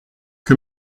que